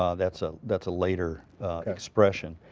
um that's ah that's a later expression.